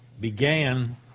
began